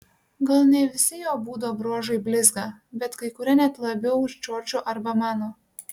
gal ne visi jo būdo bruožai blizga bet kai kurie net labiau už džordžo arba mano